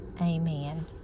Amen